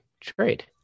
trade